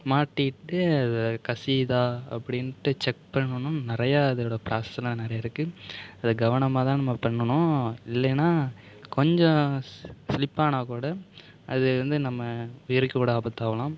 மாட்டிவிட்டு அது கசியுதா அப்படின்ட்டு செக் பண்ணணும் நிறையா அதோட பிராசஸ்லாம் நிறைய இருக்கு அதை கவனமாக தான் நம்ம பண்ணணும் இல்லேன்னா கொஞ்சம் ஸ்லிப் ஆனால் கூட அது வந்து நம்ம உயிருக்கே கூட ஆபத்தாகலாம்